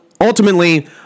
ultimately